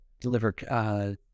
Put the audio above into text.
deliver